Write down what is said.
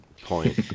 point